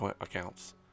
accounts